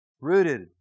rooted